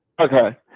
Okay